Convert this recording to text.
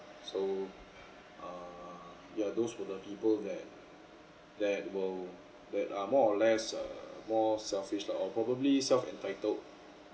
so err yeah those were the people that that will that are more or less uh uh more selfish lah or probably self entitled